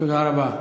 תודה רבה.